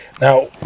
Now